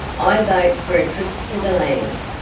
i vote for a trip to the lambs,